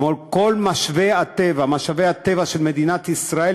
כמו כל משאבי הטבע של מדינת ישראל,